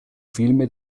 film